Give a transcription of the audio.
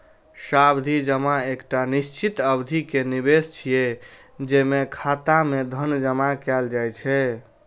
सावधि जमा एकटा निश्चित अवधि के निवेश छियै, जेमे खाता मे धन जमा कैल जाइ छै